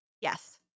Yes